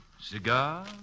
Cigar